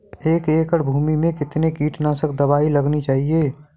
एक एकड़ भूमि में कितनी कीटनाशक दबाई लगानी चाहिए?